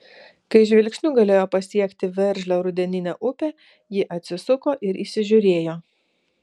kai žvilgsniu galėjo pasiekti veržlią rudeninę upę ji atsisuko ir įsižiūrėjo